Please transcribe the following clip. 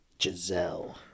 Giselle